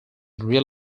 real